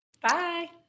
Bye